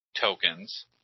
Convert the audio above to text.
tokens